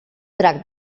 drac